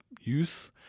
youth